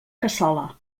cassola